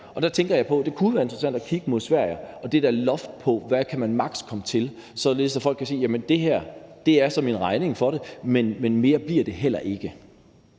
Og der tænker jeg på, at det kunne være interessant at kigge mod Sverige og det der loft på, hvad man maks. kan komme til at betale, således at folk kan sige: Jamen det her er så min regning for det, men mere bliver det heller ikke.